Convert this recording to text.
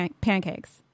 pancakes